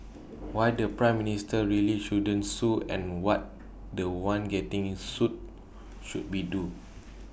why the Prime Minister really shouldn't sue and what The One getting sued should be do